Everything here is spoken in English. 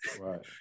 Right